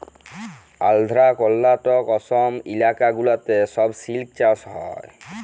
আল্ধ্রা, কর্লাটক, অসম ইলাকা গুলাতে ছব সিল্ক চাষ হ্যয়